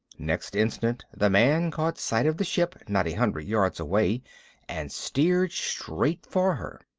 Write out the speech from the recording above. next instant the man caught sight of the ship, not a hundred yards away and steered straight for her.